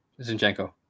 Zinchenko